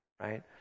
right